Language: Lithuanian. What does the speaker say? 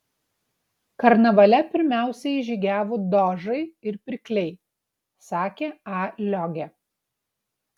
karnavale pirmiausiai žygiavo dožai ir pirkliai sakė a liogė